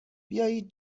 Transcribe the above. بیایید